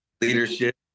leadership